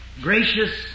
Gracious